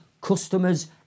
customers